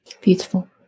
Beautiful